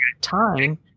time